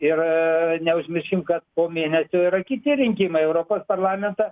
ir neužmirškim kad po mėnesio yra kiti rinkimai į europos parlamentą